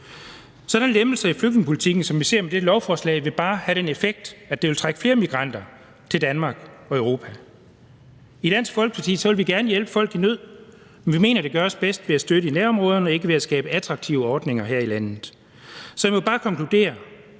Sådanne lempelser i flygtningepolitikken, som vi ser med dette lovforslag, vil bare have den effekt, at det vil trække flere migranter til Danmark og Europa. I Dansk Folkeparti vil vi gerne hjælpe folk i nød, men vi mener, det gøres bedst ved at støtte i nærområderne og ikke ved at skabe attraktive ordninger her i landet. Så jeg må bare konkludere,